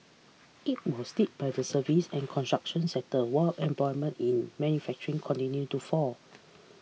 it was led by the services and construction sectors while employment in manufacturing continued to fall